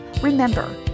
Remember